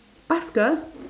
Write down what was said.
paskal